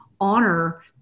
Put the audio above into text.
honor